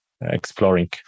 exploring